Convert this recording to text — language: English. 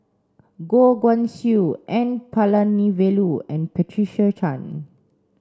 Goh Guan Siew N Palanivelu and Patricia Chan